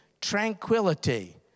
tranquility